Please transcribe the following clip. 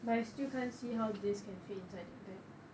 but I still can't see how this can fit inside the bag